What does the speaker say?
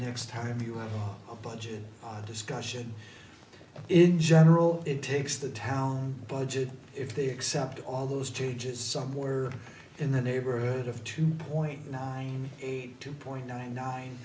next time you have a budget discussion in general it takes the town budget if they accept all those changes somewhere in the neighborhood of two point nine eight two point nine